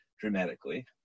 dramatically